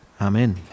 Amen